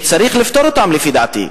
שצריך לפתור אותן, לפי דעתי.